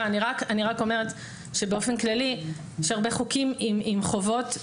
אני רק אומרת שבאופן כללי יש הרבה חוקים עם חובות,